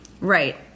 Right